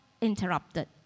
interrupted